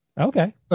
Okay